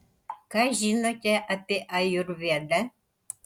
ką žinote apie ajurvedą